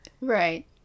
right